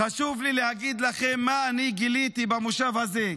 חשוב לי להגיד לכם מה אני גיליתי במושב הזה.